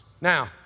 Now